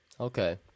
Okay